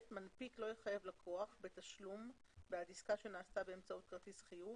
מנפיק לא יחייב לקוח בתשלום בעד עסקה שנעשתה באמצעות כרטיס חיוב,